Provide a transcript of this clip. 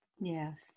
Yes